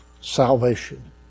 salvation